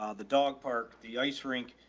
ah the dog park, the ice rink,